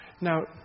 Now